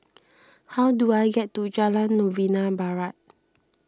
how do I get to Jalan Novena Barat